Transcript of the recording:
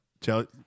tell